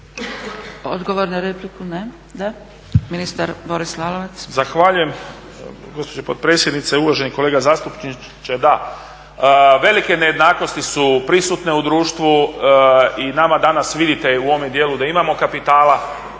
Odgovor na repliku? Da. Ministar Boris Lalovac. **Lalovac, Boris (SDP)** Zahvaljujem gospođo potpredsjednice, uvaženi kolega zastupniče. Da, velike nejednakosti su prisutne u društvu i nama danas vidite u ovome dijelu da imamo kapitala